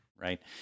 Right